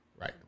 Right